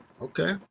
Okay